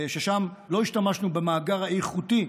שבהם לא השתמשנו במאגר האיכותי,